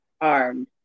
armed